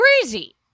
crazy